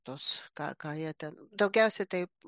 tuos ką ką jie ten daugiausiai tai